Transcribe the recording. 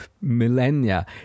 millennia